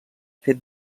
fet